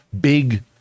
big